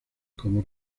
como